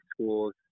schools